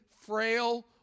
frail